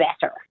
better